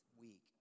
week